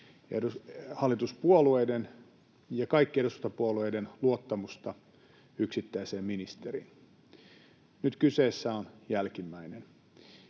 hallituspuolueiden ja kaikkien eduskuntapuolueiden luottamusta yksittäiseen ministeriin. Nyt kyseessä on jälkimmäinen,